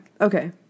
Okay